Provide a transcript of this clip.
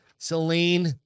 Celine